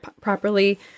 properly